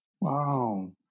Wow